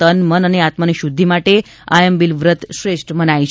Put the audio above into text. તનમન તથા આત્માની શુંઘ્ઘિ માટે આયંબિલ વ્રત શ્રેષ્ઠ મનાય છે